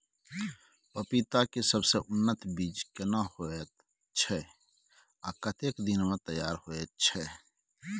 पपीता के सबसे उन्नत बीज केना होयत छै, आ कतेक दिन में तैयार होयत छै?